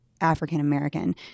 African-American